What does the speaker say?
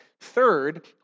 Third